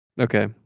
Okay